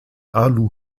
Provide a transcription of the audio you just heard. alu